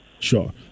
sure